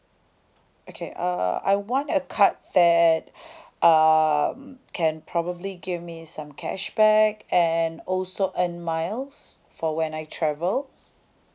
okay uh I want a card that um can probably give me some cashback and also earn miles for when I travel